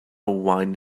wine